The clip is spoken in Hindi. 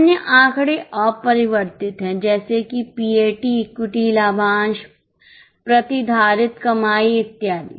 अन्य आंकड़े अपरिवर्तित हैं जैसे कि पीएटी इक्विटी लाभांश प्रतिधारित कमाई इत्यादि